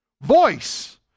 Voice